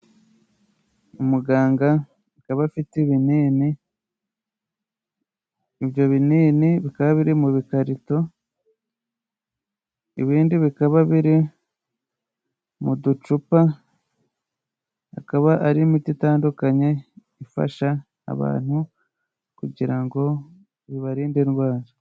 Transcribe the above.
Umuganga akaba afite ibinini, ibyo binini bikaba biri mu bikarito, ibindi bikaba biri mu ducupa, akaba ari imiti itandukanye ifasha abantu kugira ngo bibarinde indwara.